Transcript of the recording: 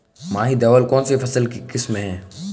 माही धवल कौनसी फसल की किस्म है?